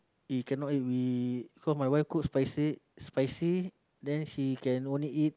we cannot eat we cause my wife cook spicy spicy then she can only eat